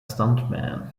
stuntman